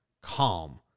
calm